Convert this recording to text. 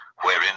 wherein